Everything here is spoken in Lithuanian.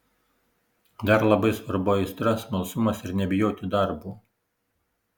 dar labai svarbu aistra smalsumas ir nebijoti darbo